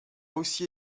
aussi